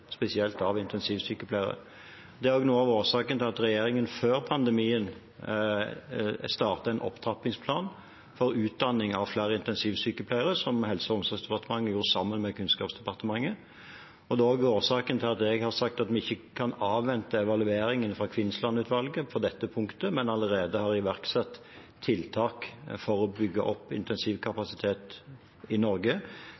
spesielt av intensivsykepleiere. Det er noe av årsaken til at regjeringen før pandemien startet en opptrappingsplan for utdanning av flere intensivsykepleiere, som Helse- og omsorgsdepartementet gjorde sammen med Kunnskapsdepartementet. Det er også årsaken til at jeg har sagt at vi ikke kan avvente evalueringen fra Kvinnsland-utvalget på dette punktet, men allerede har iverksatt tiltak for å bygge opp